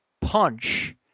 punch